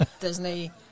Disney